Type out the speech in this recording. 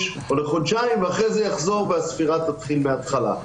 או לחודשיים ואחרי זה יחזור והספירה תתחיל מהתחלה.